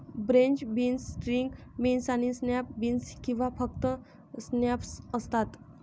French beans, string beans आणि snap beans किंवा फक्त स्नॅप्स असतात